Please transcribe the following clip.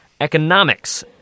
economics